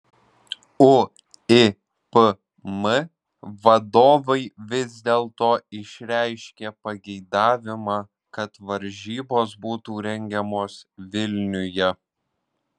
uipm vadovai vis dėlto išreiškė pageidavimą kad varžybos būtų rengiamos vilniuje